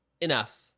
enough